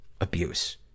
abuse